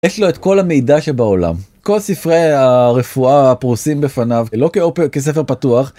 יש לו את כל המידע שבעולם, כל ספרי הרפואה הפרוסים בפניו, לא כספר פתוח,